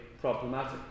problematic